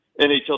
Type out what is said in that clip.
NHL